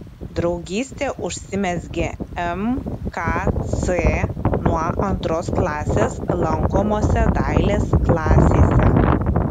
draugystė užsimezgė mkc nuo antros klasės lankomose dailės klasėse